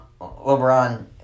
LeBron